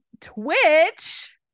Twitch